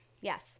Yes